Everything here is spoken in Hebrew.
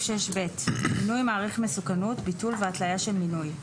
מינוי מעריך מסוכנות, ביטול והתלייה של מינוי6ב.